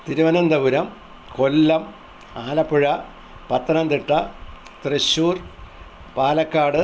Thiruvananthapuram Kollam Alappuzha Pathanamthitta Thrissur Palakkad